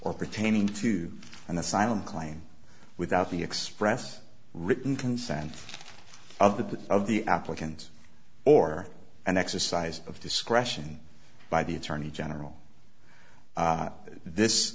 or pertaining to an asylum claim without the express written consent of the of the applicant or an exercise of discretion by the attorney general this